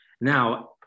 Now